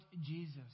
Jesus